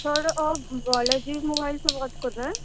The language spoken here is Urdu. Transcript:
سر آپ بالاجی موبائل سے بات کر رہے ہیں